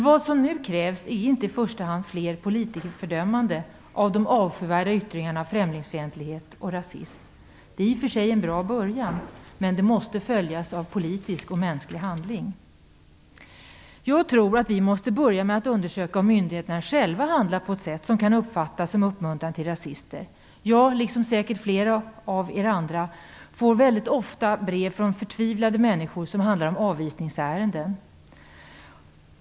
Vad som nu krävs är inte i första hand fler politikerfördömanden av de avskyvärda yttringarna av främlingsfientlighet och rasism. Det är i och för sig en bra början, men det måste följas av politisk och mänsklig handling. Jag tror att vi måste börja med att undersöka om myndigheterna själva handlar på sätt som kan uppfattas som uppmuntran till rasism. Jag liksom säkert flera av er andra får ofta brev från förtvivlade människor om avvisningsärenden.